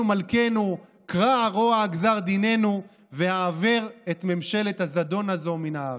מלכנו קרע רוע גזר דיננו והעבר את ממשלת הזדון הזו מן הארץ.